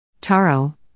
Taro